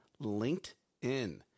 linkedin